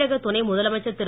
தமிழக துணை முதலமைச்சர் திரு